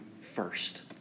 first